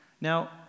now